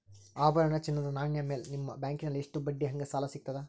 ಆಭರಣ, ಚಿನ್ನದ ನಾಣ್ಯ ಮೇಲ್ ನಿಮ್ಮ ಬ್ಯಾಂಕಲ್ಲಿ ಎಷ್ಟ ಬಡ್ಡಿ ಹಂಗ ಸಾಲ ಸಿಗತದ?